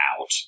out